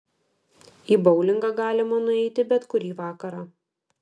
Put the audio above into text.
į boulingą galima nueiti bet kurį vakarą